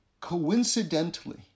coincidentally